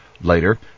Later